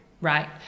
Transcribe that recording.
right